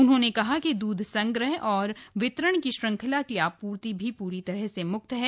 उन्होंने कहा कि दूध संग्रह और वितरण की श्रंखला की आपूर्ति भी पूरी तरह से मुक्त है